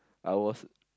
I was